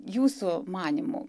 jūsų manymu